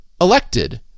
elected